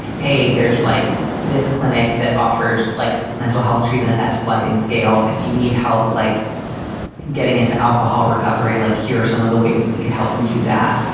hey, there's like this clinic that offers like mental health treatment at a sliding scale. if you need help, like getting into alcohol recovery, like here are some of the ways that we could help you do that.